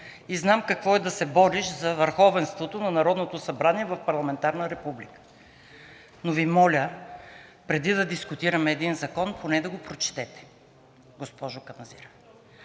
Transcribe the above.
и знам какво е да се бориш за върховенството на Народното събрание в парламентарна република, но Ви моля преди да дискутираме един закон, поне да го прочетете, госпожо Каназирева.